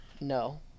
No